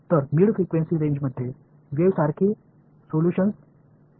तर mid frequency रेंजमध्ये wave सारखी सोल्यूशन्स आहेत